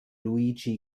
luigi